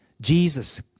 Jesus